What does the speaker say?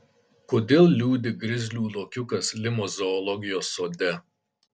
kodėl liūdi grizlių lokiukas limos zoologijos sode